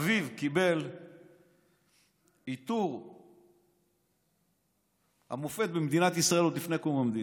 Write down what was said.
אביו קיבל את עיטור המופת במדינת ישראל עוד לפני קום המדינה.